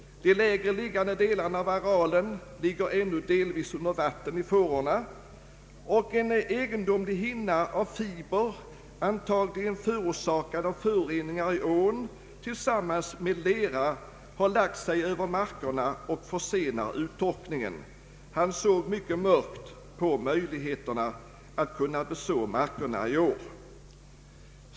De lägre belägna delarna av arealen ligger ännu delvis under vatten i fårorna, och en egendomlig hinna av fiber, antagligen förorsakad av föroreningar i ån tillsammans med lera, har lagt sig över markerna och försenar uttorkningen. Han såg mycket mörkt på möjligheterna att kunna beså markerna i år.